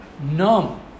Numb